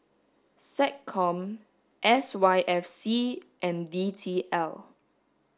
SecCom S Y F C and D T L